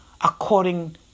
according